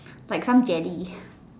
like some jelly